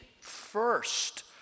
first